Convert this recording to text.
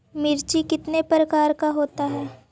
मिर्ची कितने प्रकार का होता है?